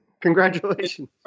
Congratulations